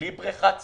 בלי בריכת שחייה,